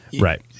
Right